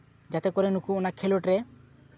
ᱡᱟᱛᱮ ᱠᱚᱨᱮ ᱱᱩᱠᱩ ᱚᱱᱟ ᱠᱷᱮᱞᱳᱰ ᱨᱮ